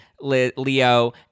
Leo